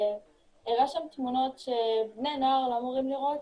והראה שם תמונות שבני נוער לא אמורים לראות.